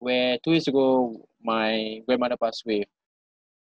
where two years ago my grandmother passed away